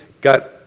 got